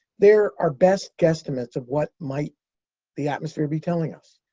they're our best guesstimates of what might the atmosphere be telling us.